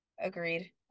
agreed